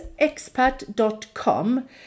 expat.com